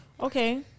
Okay